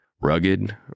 Rugged